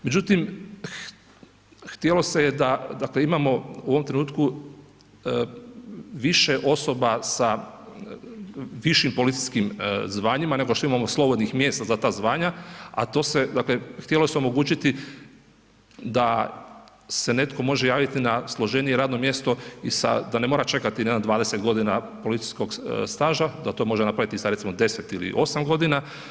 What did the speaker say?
Međutim, htjelo se je da, dakle, imamo u ovom trenutku, više osoba sa višim policijskim zvanjima, nego što imamo slobodnih mjesta za ta zvanja, a to se, dakle, htjelo se omogućiti da se netko može javiti na složenije radno mjesto i sa, da ne mora čekati jedno 20 g. policijskog staža, da to može napraviti sa recimo 10 ili 8 godina.